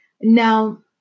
now